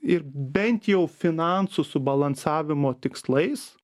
ir bent jau finansų subalansavimo tikslais